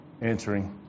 answering